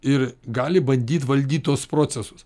ir gali bandyt valdyt tuos procesus